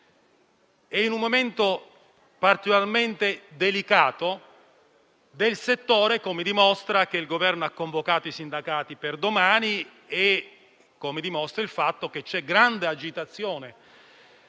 in un momento particolarmente delicato per il settore, come dimostra il fatto che il Governo ha convocato i sindacati per domani e il fatto che c'è grande agitazione